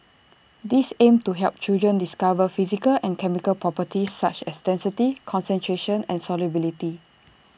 these aim to help children discover physical and chemical properties such as density concentration and solubility